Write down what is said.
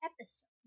episode